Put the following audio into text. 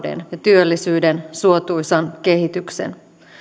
työllisyyden suotuisan kehityksen